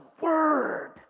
word